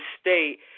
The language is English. state